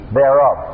thereof